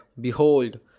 Behold